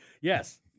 Yes